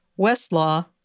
Westlaw